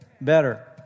Better